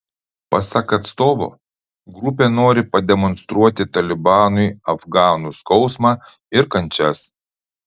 pasak atstovo grupė nori pademonstruoti talibanui afganų skausmą ir kančias